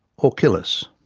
ah kill us.